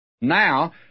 Now